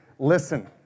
Listen